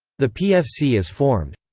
the pfc pfc is formed.